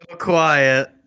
quiet